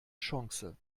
chance